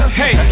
hey